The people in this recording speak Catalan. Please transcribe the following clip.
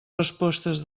respostes